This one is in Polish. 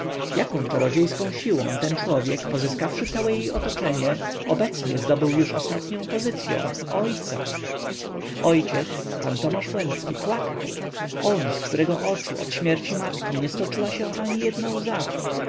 jaką czarodziejską siłą ten człowiek pozyskawszy całe jej otoczenie obecnie zdobył już ostatnią pozycyą ojca ojciec pan tomasz łęcki płakał on z którego oczu od śmierci matki nie stoczyła się ani jedna łza